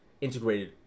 integrated